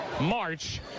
March